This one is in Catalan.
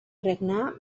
regnar